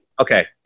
Okay